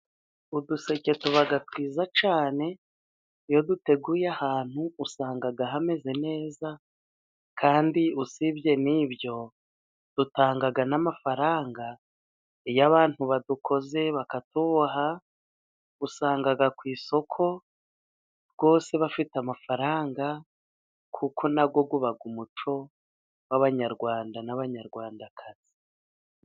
Uduseke tuba twiza cyane ,iyo duteguye ahantu usanga hameze neza, kandi usibye n'ibyo dutanga n'amafaranga ,iyo abantu badukoze bakatuboha usanga ku isoko rwose bafite amafaranga, kuko na wo uba umuco w'Abanyarwanda n'Abanyarwandakazi.